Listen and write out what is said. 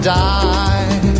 die